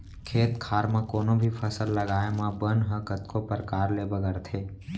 खेत खार म कोनों भी फसल लगाए म बन ह कतको परकार ले बगरथे